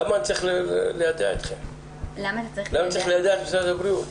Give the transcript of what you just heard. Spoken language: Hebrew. למה אני צריך ליידע את משרד הבריאות?